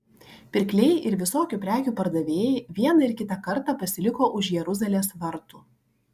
pirkliai ir visokių prekių pardavėjai vieną ir kitą kartą pasiliko už jeruzalės vartų